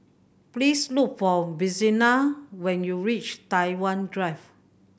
please look for Vincenza when you reach Tai Hwan Drive